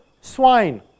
swine